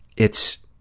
it's,